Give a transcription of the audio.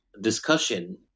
discussion